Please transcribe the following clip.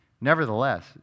nevertheless